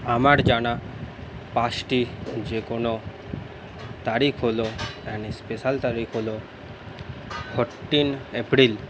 আমার জানা পাঁচটি যেকোনো তারিখ হল মানে স্পেশাল তারিখ হল ফর্টিন এপ্রিল